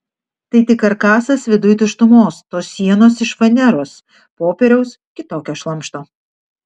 tai tik karkasas viduj tuštumos tos sienos iš faneros popieriaus kitokio šlamšto